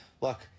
Look